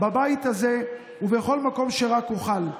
בבית הזה ובכל מקום שרק אוכל.